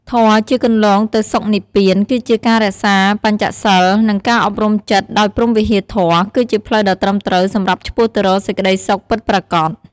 ធម៌ជាគន្លងទៅសុខនិព្វាន គឺជាការរក្សាបញ្ចសីល និងការអប់រំចិត្តដោយព្រហ្មវិហារធម៌ គឺជាផ្លូវដ៏ត្រឹមត្រូវសម្រាប់ឆ្ពោះទៅរកសេចក្តីសុខពិតប្រាកដ។